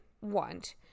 want